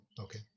Okay